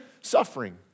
suffering